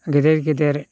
गेदेर गेदेर